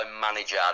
manager